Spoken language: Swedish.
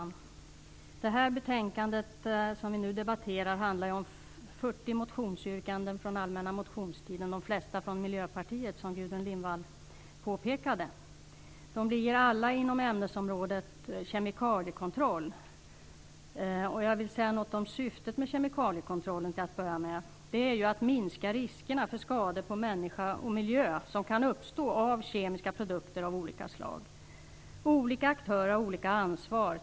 Herr talman! Det betänkande som vi nu debatterar handlar om 40 motionsyrkanden från allmänna motionstiden - de flesta från Miljöpartiet, som Gudrun Lindvall påpekade. De ligger alla inom ämnesområdet kemikaliekontroll. Jag vill säga något om syftet med kemikaliekontroll till att börja med. Syftet är ju att minska riskerna för skador på människa och miljö, som kan uppstå av kemiska produkter av olika slag. Olika aktörer har olika ansvar.